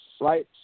right